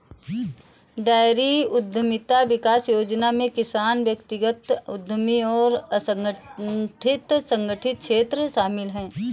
dairy उद्यमिता विकास योजना में किसान व्यक्तिगत उद्यमी और असंगठित संगठित क्षेत्र शामिल है